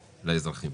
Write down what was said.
לאזרחים.